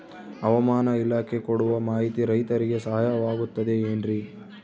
ಹವಮಾನ ಇಲಾಖೆ ಕೊಡುವ ಮಾಹಿತಿ ರೈತರಿಗೆ ಸಹಾಯವಾಗುತ್ತದೆ ಏನ್ರಿ?